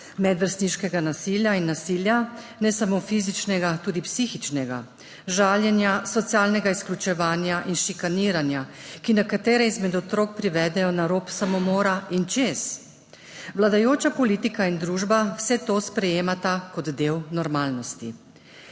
medvrstniškega nasilja in nasilja, ne samo fizičnega, tudi psihičnega, žaljenja, socialnega izključevanja in šikaniranja, ki nekatere izmed otrok privedejo na rob samomora in čez. Vladajoča politika in družba vse to sprejemata kot del normalnosti,